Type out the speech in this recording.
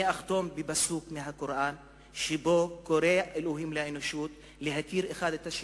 אני אחתום בפסוק מהקוראן שבו קורא אלוהים לאנושות להכיר אחד את השני,